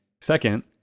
second